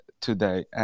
today